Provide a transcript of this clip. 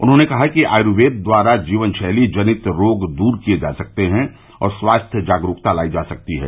उन्होंने कहा कि आयूर्वेद द्वारा जीवन शैली जनित रोग दूर किये जा सकते हैं और स्वास्थ्य जागरूकता लाई जा सकती है